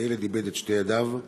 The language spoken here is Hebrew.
הילד איבד את שתי ידיו.